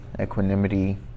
equanimity